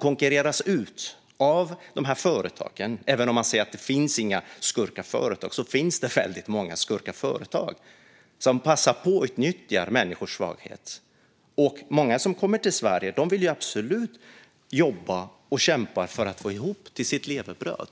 konkurreras ut av dessa företag. Även om man säger att det inte finns skurkaktiga företag så finns många företag som passar på att utnyttja människors svaghet. Många av dem som kommer till Sverige vill jobba och kämpa för att få ihop till sitt levebröd.